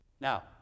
Now